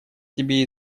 тебе